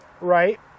right